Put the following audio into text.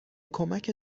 کمک